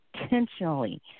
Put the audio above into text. intentionally